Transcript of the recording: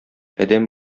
адәм